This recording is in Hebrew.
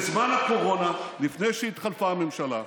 בזמן הקורונה, לפני שהתחלפה הממשלה,